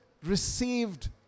Received